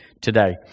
today